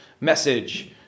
message